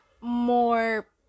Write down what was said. more